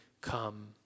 come